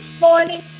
morning